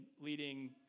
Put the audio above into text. leading